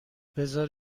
بزار